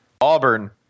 Auburn –